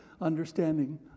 understanding